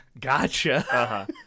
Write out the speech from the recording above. gotcha